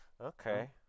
Okay